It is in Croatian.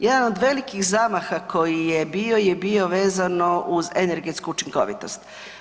Jedan od velikih zamaha koji je bio je bio vezano uz energetsku učinkovitost.